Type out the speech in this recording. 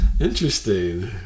Interesting